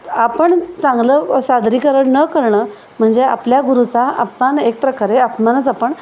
आपण चांगलं सादरीकरण न करणं म्हणजे आपल्या गुरुचा अपमान एक प्रकारे अपमानच आपण